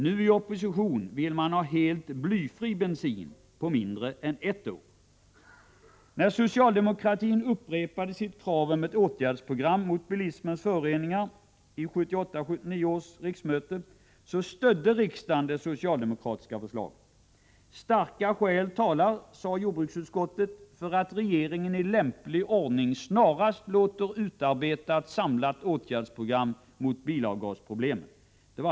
Nu i opposition vill man ha helt blyfri bensin på mindre än ett år. När socialdemokratin upprepade sitt krav på ett åtgärdsprogram mot bilismens föroreningar vid 1978/79 års riksmöte, stödde riksdagen det socialdemokratiska förslaget. Starka skäl talar, sade jordbruksutskottet, för att regeringen i lämplig ordning snarast låter utarbeta ett samlat åtgärdsprogram mot bilavgasproblemet.